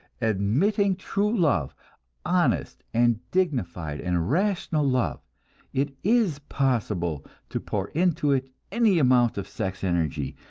admitting true love honest and dignified and rational love it is possible to pour into it any amount of sex energy,